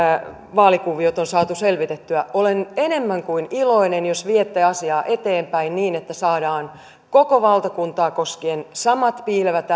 vaalikuviot on saatu selvitettyä olen enemmän kuin iloinen jos viette asiaa eteenpäin niin että saadaan koko valtakuntaa koskien samat piilevät